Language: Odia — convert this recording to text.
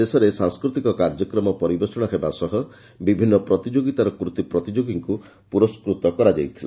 ଶେଷରେ ସାଂସ୍କୃତିକ କାର୍ଯ୍ୟକ୍ରମ ପରିବେଷିତ ହେବା ସହିତ ବିଭିନ୍ନ ପ୍ରତିଯୋଗୀତାରେ କୃତି ପ୍ରତିଯୋଗୀଙ୍କୁ ପୁରସ୍ୃତ କରାଯାଇଥିଲା